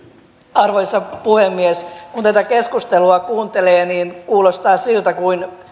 arvoisa puhemies kun tätä keskustelua kuuntelee kuulostaa siltä kuin